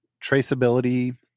traceability